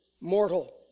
mortal